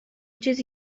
چیزی